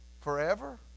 Forever